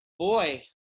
boy